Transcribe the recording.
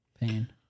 pain